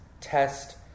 test